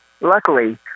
Luckily